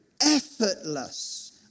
effortless